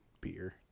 beer